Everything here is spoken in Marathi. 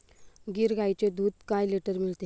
गीर गाईचे दूध काय लिटर मिळते?